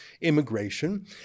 immigration